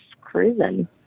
cruising